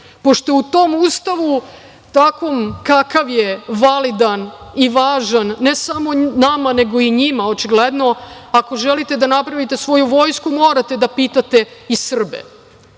pošto je u tom ustavu, takvom kakav je validan i važan ne samo nama nego i njima očigledno, ako želite da napravite svoju vojsku morate da pitate i Srbe,